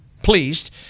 pleased